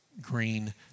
green